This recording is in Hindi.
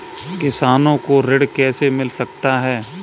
किसानों को ऋण कैसे मिल सकता है?